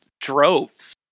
droves